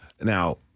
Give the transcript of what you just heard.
Now